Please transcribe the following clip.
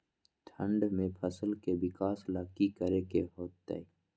ठंडा में फसल के विकास ला की करे के होतै?